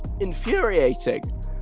infuriating